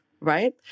right